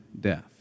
death